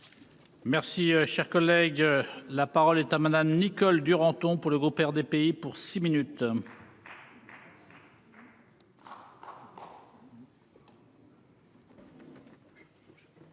Merci, cher collègue, la parole est à madame Nicole Duranton pour le groupe RDPI pour six minutes.